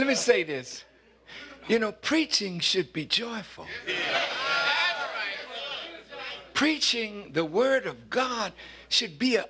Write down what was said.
let me say this you know preaching should be joyful preaching the word of god should be